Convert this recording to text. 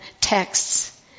texts